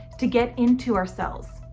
to get into our cells.